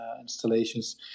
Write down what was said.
installations